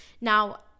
Now